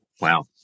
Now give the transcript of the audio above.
Wow